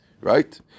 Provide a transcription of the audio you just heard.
Right